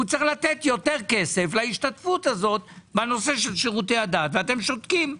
הוא צריך לתת יותר כסף להשתתפות הזו בנושא שירותי הדת ואתם שותקים.